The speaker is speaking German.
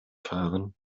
fahren